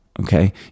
okay